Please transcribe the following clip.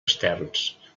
externs